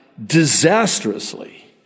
disastrously